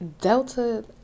Delta